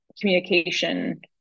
communication